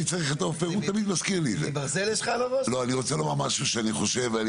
אני רוצה לומר משהו שאני חושב,